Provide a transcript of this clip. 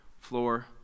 floor